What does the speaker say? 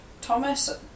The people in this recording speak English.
Thomas